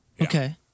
Okay